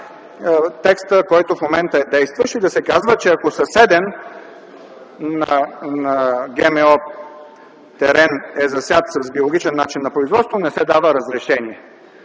текстът, който в момента е действащ, и да се казва, че ако съседен на ГМО терен е засят с биологичен начин на производство, не се дава разрешение.